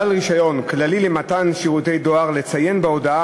בעל רישיון כללי למתן שירותי דואר לציין בהודעה